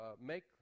make